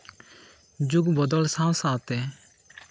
ᱡᱩᱜᱽ ᱵᱚᱫᱚᱞ ᱥᱟᱶ ᱥᱟᱶᱛᱮ